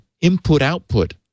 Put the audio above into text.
input-output